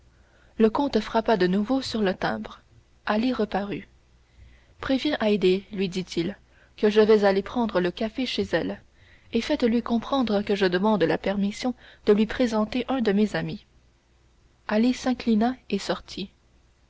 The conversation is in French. le comte frappa de nouveau sur le timbre ali reparut préviens haydée lui dit-il que je vais aller prendre le café chez elle et fais-lui comprendre que je demande la permission de lui présenter un de mes amis ali s'inclina et sortit